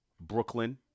Brooklyn